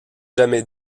jamais